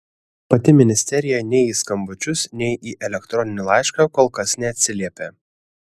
pati ministerija nei į skambučius nei į elektroninį laišką kol kas neatsiliepė